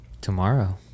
Tomorrow